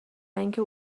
اینکه